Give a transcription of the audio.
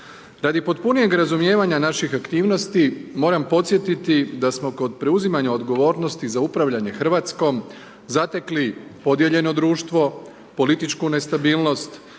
Radi potpunijeg razumijevanja naših aktivnosti moram podsjetiti da smo kod preuzimanja odgovornosti za upravljanje Hrvatskom zatekli podijeljeno društvo, političku nestabilnost,